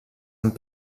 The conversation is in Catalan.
amb